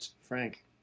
Frank